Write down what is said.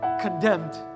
condemned